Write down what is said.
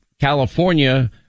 California